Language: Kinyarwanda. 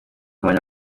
mwanya